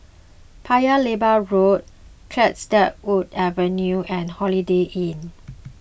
Paya Lebar Road Cedarwood Avenue and Holiday Inn